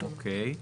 אוקיי,